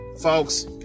Folks